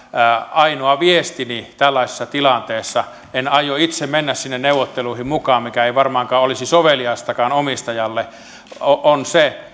ainoa viestini tällaisessa tilanteessa en aio itse mennä sinne neuvotteluihin mukaan mikä ei varmaankaan olisi soveliastakaan omistajalle on se